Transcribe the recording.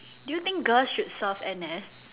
do you think girls should serve N_S